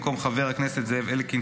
במקום חבר הכנסת זאב אלקין,